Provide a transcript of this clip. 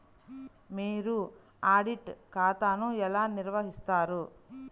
మీరు ఆడిట్ ఖాతాను ఎలా నిర్వహిస్తారు?